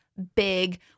big